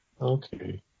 Okay